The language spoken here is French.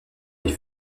les